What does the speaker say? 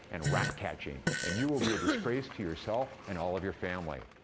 and rat-catching, and you will be a disgrace to yourself and all of your family.